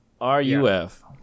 R-U-F